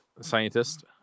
scientist